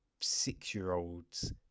six-year-olds